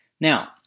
Now